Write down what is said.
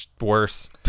worse